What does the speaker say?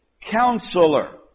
Counselor